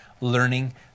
learning